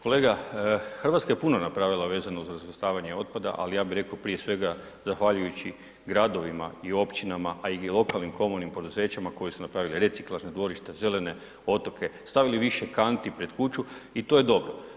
Kolega Hrvatska je puno napravila vezano uz razvrstavanje otpada, ali ja bi rekao prije svega zahvaljujući gradovima i općinama, a i lokalnim komunalnim poduzećima koji su napravili reciklažna dvorišta, zelene otoke, stavili više kanti pred kuću i to je dobro.